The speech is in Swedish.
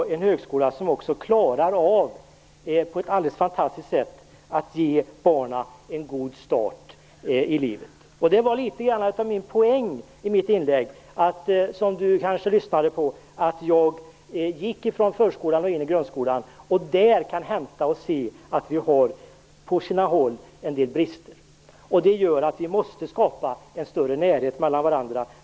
Den klarar också av att ge barnen en god start i livet på ett alldeles fantastiskt sätt. Det var litet av min poäng i mitt inlägg att jag gick från förskolan och in i grundskolan. Där kan man se att det finns en del brister på sina håll. Det gör att vi måste skapa en större närhet.